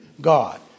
God